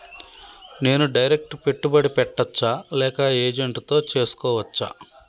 నేను డైరెక్ట్ పెట్టుబడి పెట్టచ్చా లేక ఏజెంట్ తో చేస్కోవచ్చా?